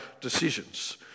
decisions